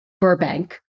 Burbank